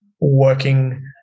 working